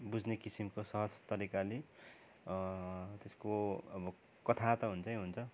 बुझ्ने किसिमको सहज तरिकाले त्यसको अब कथा त हुन्छै हुन्छ